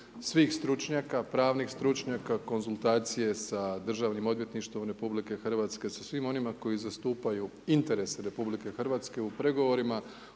svih stručnjaka, pravnih stručnjaka, konzultacije sa Državnim odvjetništvom RH, sa svim onima koji zastupaju interes RH u pregovorima,